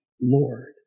Lord